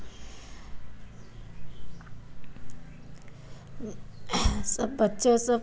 सब बच्चे सब